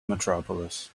metropolis